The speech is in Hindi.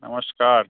नमस्कार